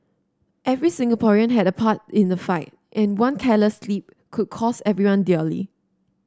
every Singaporean had a part in the fight and one careless slip could cost everyone dearly